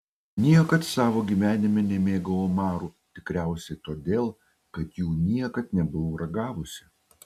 niekad savo gyvenime nemėgau omarų tikriausiai todėl kad jų niekad nebuvau ragavusi